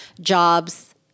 Jobs